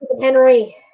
Henry